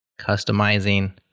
customizing